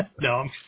No